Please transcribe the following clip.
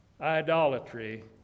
idolatry